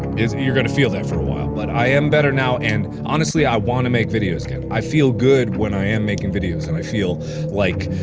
it's you're gonna feel that for a while. but i am better now, and honestly, i want to make videos again. i feel good when i am making videos, and i feel like,